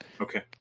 Okay